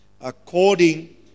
According